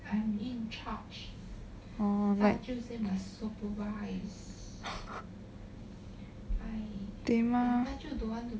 oh like tehma